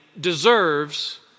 deserves